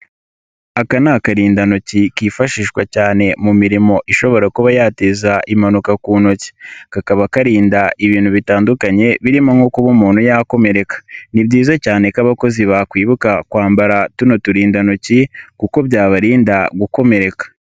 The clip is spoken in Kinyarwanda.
Aka ni akarindantoki kifashishwa cyane mu mirimo ishobora kuba yateza impanuka ku ntoki, kakaba karinda ibintu bitandukanye birimo nko kuba umuntu yakomereka, ni byiza cyane ko abakozi bakwibuka kwambara tuno turindantoki kuko byabarinda gukomereka.